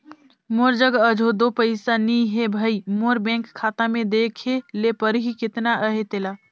मोर जग अझो दो पइसा नी हे भई, मोर बेंक खाता में देखे ले परही केतना अहे तेला